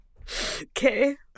Okay